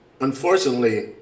unfortunately